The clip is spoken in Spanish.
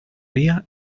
día